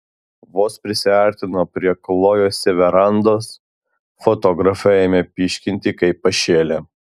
vos prisiartino prie klojosi verandos fotografai ėmė pyškinti kaip pašėlę